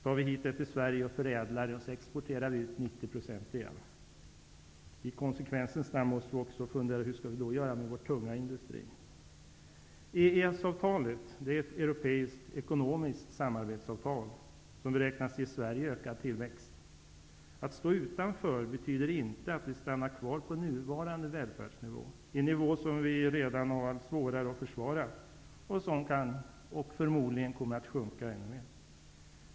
Vi tar hit det till Sverige, vi förädlar det, varefter vi exporterar 90 % därav igen. I konsekvensens namn bör vi också fundera över hur vi skall göra med vår tunga industri. EES-avtalet är ett europeiskt ekonomiskt samarbetsavtal som beräknas ge Sverige ökad tillväxt. Att stå utanför betyder inte att vi stannar kvar på nuvarande välfärdsnivå, en nivå som vi redan får allt svårare att försvara och som förmodligen kommer att sjunka än mer.